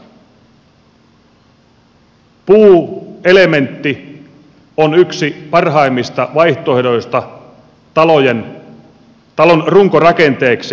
puuelementti on yksi parhaimmista vaihtoehdoista talon runkorakenteeksi